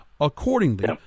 accordingly